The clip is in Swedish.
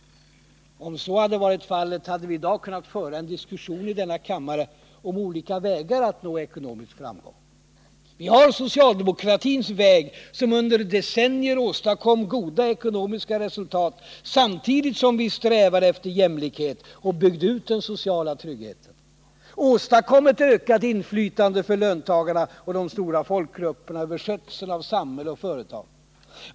Om så hade varit fallet hade vi i dag kunnat föra en diskussion i denna kammare om olika vägar att nå ekonomisk framgång. Vi har socialdemokratins väg, som under decennier åstadkom goda ekonomiska resultat samtidigt som vi strävade efter jämlikhet, byggde ut den sociala tryggheten, åstadkom ett ökat inflytande för löntagarna och de stora folkgrupperna över skötseln av samhälle och företag.